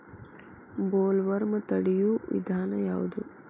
Bollworm ತಡಿಯು ವಿಧಾನ ಯಾವ್ದು?